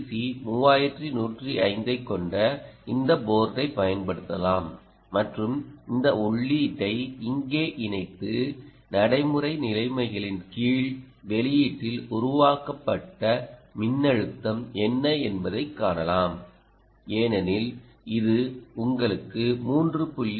C 3105 ஐக் கொண்ட இந்த போர்டைப் பயன்படுத்தலாம் மற்றும் இந்த உள்ளீட்டை இங்கே இணைத்து நடைமுறை நிலைமைகளின் கீழ் வெளியீட்டில் உருவாக்கப்பட்ட மின்னழுத்தம் என்ன என்பதைக் காணலாம் ஏனெனில் இது உங்களுக்கு 3